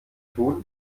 tun